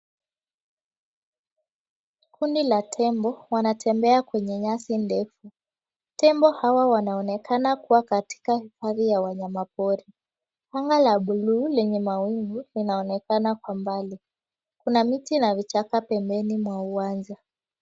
Kundi la tembo wanatembea kwenye nyasi ndefu. Tembo hawa wanaonekana kuwa katika hifadhi ya wanyamapori. Anga la buluu lenye mawingu linaonekana kwa mbali. Kuna miti na vichaka pembeni mwa uwanja.